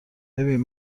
ببین